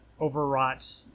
overwrought